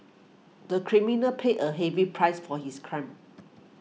the criminal paid a heavy price for his crime